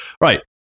right